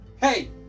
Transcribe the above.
Hey